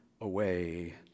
away